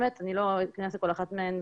אני לא אכנס לכל אחת מהן.